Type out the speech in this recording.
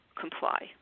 comply